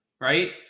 right